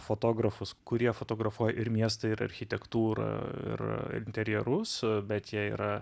fotografus kurie fotografuoja ir miestą ir architektūrą ir interjerus bet jie yra